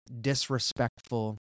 disrespectful